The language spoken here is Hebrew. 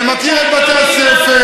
ומכיר את בתי-הספר,